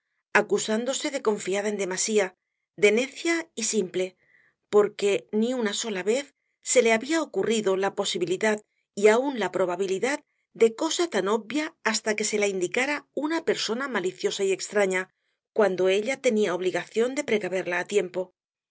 acusándose de confiada en demasía de necia y simple porque ni una sola vez se le había ocurrido la posibilidad y aun la probabilidad de cosa tan obvia hasta que se la indicara una persona maliciosa y extraña cuando ella tenía obligación de precaverla á tiempo las